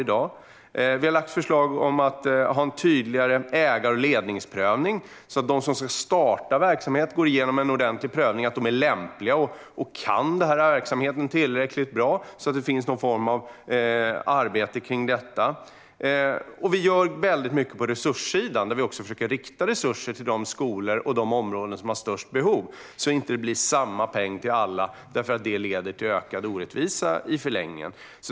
Vi har vidare lagt förslag om en tydligare ägar och ledningsprövning så att de som ska starta en verksamhet går igenom en ordentlig prövning som visar att de är lämpliga och kan verksamheten tillräckligt bra. Det ska finnas något slags arbete kring detta. Vi gör också mycket på resurssidan genom att försöka rikta resurser till de skolor och områden som har störst behov så att det inte blir samma peng till alla. Det leder i förlängningen annars till ökad orättvisa.